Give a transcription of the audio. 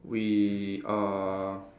we uh